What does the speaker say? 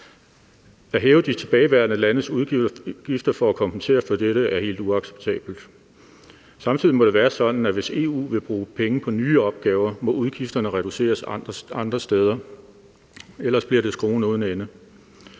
At hæve de tilbageværende landes udgifter for at kompensere for dette er helt uacceptabelt. Samtidig må det være sådan, at hvis EU vil bruge penge på nye opgaver, må udgifterne reduceres andre steder. Ellers bliver det skruen uden ende.